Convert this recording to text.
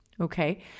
okay